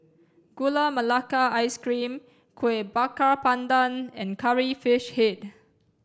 gula melaka ice cream kueh bakar pandan and curry fish head